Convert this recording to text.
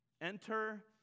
Enter